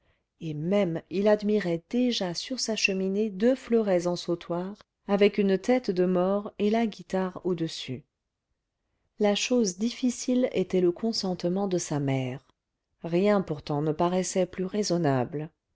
et même il admirait déjà sur sa cheminée deux fleurets en sautoir avec une tête de mort et la guitare audessus la chose difficile était le consentement de sa mère rien pourtant ne paraissait plus raisonnable